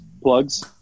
Plugs